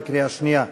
בקריאה שנייה.